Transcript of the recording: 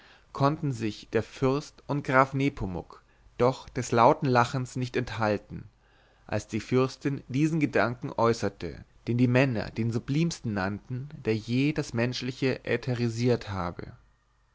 konnten sich der fürst und graf nepomuk doch des lauten lachens nicht enthalten als die fürstin diesen gedanken äußerte den die männer den sublimsten nannten der je das menschliche ätherisiert habe